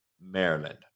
Maryland